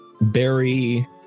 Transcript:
berry